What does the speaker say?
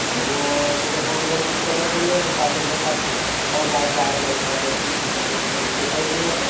ସେହିଟାକୁ ଦେଖିବା ସଂଶୋଧନ କିଛି କରିବାକୁ ପଡ଼ିବ ସେ ପାଣିଟା ପାଇପ୍ ଲାଇନ୍ ଖରାପ ଅଛି କି କ'ଣ ସେହିଟା କିଛି ଦେଖିବାକୁ ପଡ଼ିବ